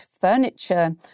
furniture